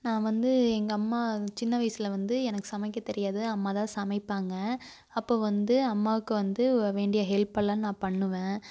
நான் வந்து எங்கள் அம்மா சின்ன வயசில் வந்து எனக்கு சமைக்க தெரியாது அம்மா தான் சமைப்பாங்க அப்போ வந்து அம்மாவுக்கு வந்து வேண்டிய ஹெல்பெல்லாம் நான் பண்ணுவேன்